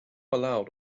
allowed